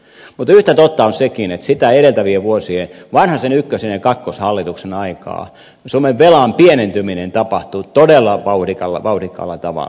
mutta yhtä totta on sekin että sitä edeltävien vuosien vanhasen ykkösen ja kakkoshallituksen aikana suomen velan pienentyminen tapahtui todella vauhdikkaalla tavalla